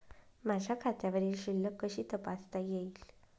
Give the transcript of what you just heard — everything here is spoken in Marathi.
माझ्या खात्यावरील शिल्लक कशी तपासता येईल?